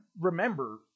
remember